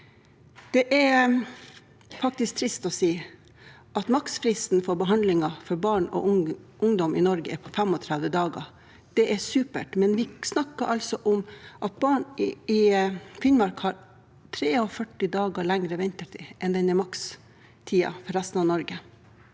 Det er faktisk trist å si at maksfristen for behandlinger for barn og ungdom i Norge er på 35 dager. Det er supert, men vi snakker altså om at barn i Finnmark har 43 dager lengre ventetid enn makstiden i resten av Norge.